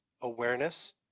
awareness